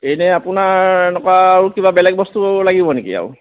এনেই আপোনাৰ এনেকুৱা আৰু কিবা বেলেগ বস্তু লাগিব নেকি আৰু